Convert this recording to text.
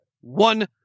one